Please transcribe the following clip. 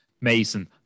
Mason